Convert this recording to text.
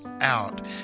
out